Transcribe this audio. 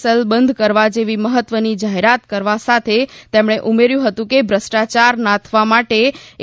cell બંધ કરવા જેવી મહત્વની જાહેરાત કરવા સાથે તેમણે ઉમેર્યું હતું કે ભષ્ટ્રાયાર નાથવા માટે એ